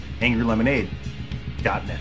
angrylemonade.net